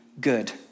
good